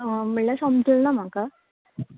म्हुणल्यार समजोलें ना म्हाका